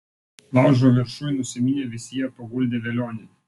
laužo viršuj nusiminę visi jie paguldė velionį